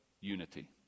unity